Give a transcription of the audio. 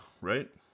right